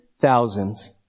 thousands